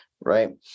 right